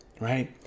right